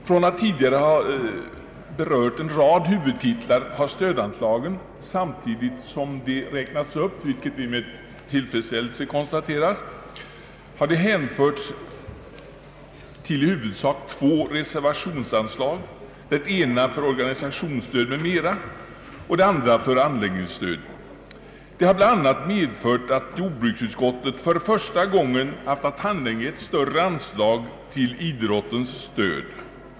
Från att tidigare ha berört en rad huvudtitlar har stödanslagen — samtidigt som de räknats upp, vilket vi konstaterar med tillfredsställelse — hänförts till i huvudsak två reservationsanslag, det ena för organisationsstöd m.m. och det andra för anläggningsstöd. Det har bl.a. medfört att jordbruksutskottet för första gången haft att handlägga ett större anslag till idrottens stöd.